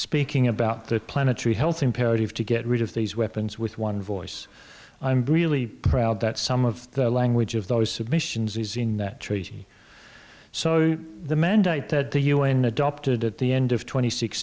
speaking about the planetary health imperative to get rid of these weapons with one voice i'm really proud that some of the language of those submissions is in that treaty so the mandate that the u n adopted at the end of tw